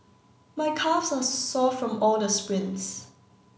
my calves are sore from all the sprints